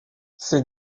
ces